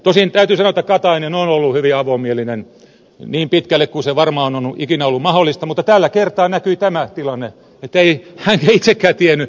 tosin täytyy sanoa että katainen on ollut hyvin avomielinen niin pitkälle kuin se varmaan on ikinä ollut mahdollista mutta tällä kertaa näkyi tämä tilanne ettei hän itsekään tiennyt mitä hän menee päättämään